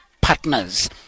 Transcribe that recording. partners